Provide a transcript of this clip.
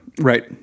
Right